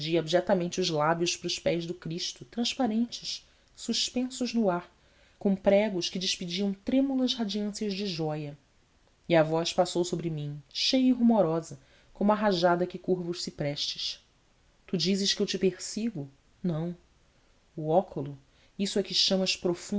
abjetamente os lábios para os pés do cristo transparentes suspensos no ar com pregos que despediam trêmulas radiâncias de jóia e a voz passou sobre mim cheia e rumorosa como a rajada que curva os ciprestes tu dizes que eu te persigo não o óculo isso a que chamas